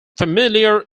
familiar